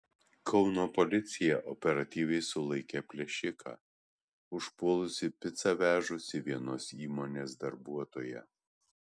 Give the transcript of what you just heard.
kauno policija operatyviai sulaikė plėšiką užpuolusį picą vežusį vienos įmonės darbuotoją